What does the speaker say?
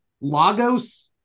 Lagos